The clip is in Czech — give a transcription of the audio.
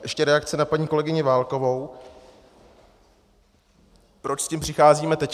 Ještě reakce na paní kolegyni Válkovou, proč s tím přicházíme teď.